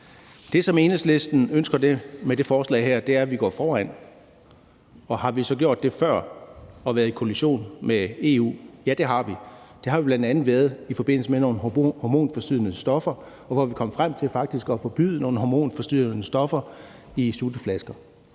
Det, som Enhedslisten ønsker med det forslag her, er, at vi går foran. Og har vi så gjort det før og været i kollision med EU? Ja, det har vi. Det har vi bl.a. været i forbindelse med nogle hormonforstyrrende stoffer, hvor vi kom frem til faktisk at forbyde nogle hormonforstyrrende stoffer i sutteflasker.